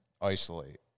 isolate